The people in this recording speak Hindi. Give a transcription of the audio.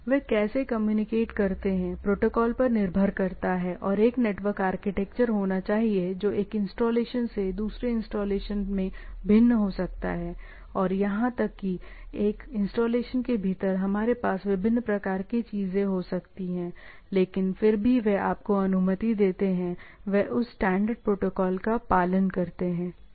वे कैसे कम्युनिकेट करते हैं प्रोटोकॉल पर निर्भर करता है और एक नेटवर्क आर्किटेक्चर होना चाहिए जो एक इंस्टॉलेशन से दूसरे इंस्टॉलेशन में भिन्न हो सकता है और यहां तक कि एक इंस्टॉलेशन के भीतर हमारे पास विभिन्न प्रकार की चीजें हो सकती हैं लेकिन फिर भी वे आपको अनुमति देते हैं वे उस स्टैंडर्ड प्रोटोकॉल का पालन करते हैं ठीक है